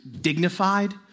dignified